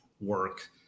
work